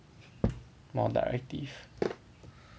more directive